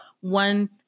one